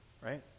right